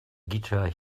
guitar